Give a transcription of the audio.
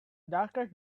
darker